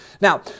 Now